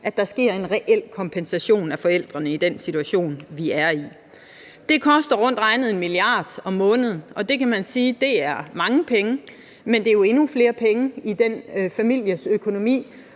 at der sker en reel kompensation af forældrene i den situation, vi er i. Det koster rundt regnet 1 mia. kr. om måneden, og det kan man sige er mange penge, men det er jo endnu flere penge i den families økonomi,